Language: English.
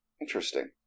Interesting